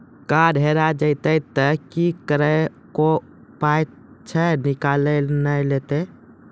Card हेरा जइतै तऽ की करवै, कोय पाय तऽ निकालि नै लेतै?